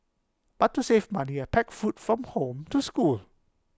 but to save money I packed food from home to school